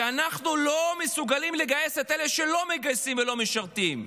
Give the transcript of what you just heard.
כי אנחנו לא מסוגלים לגייס את אלה שלא מתגייסים ולא משרתים.